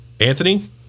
anthony